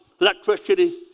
electricity